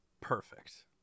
Perfect